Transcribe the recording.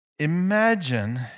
Imagine